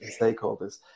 stakeholders